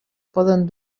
poden